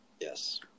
yes